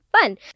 fun